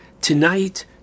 tonight